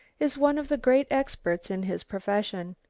is one of the great experts in his profession.